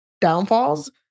downfalls